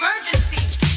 Emergency